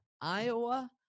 Iowa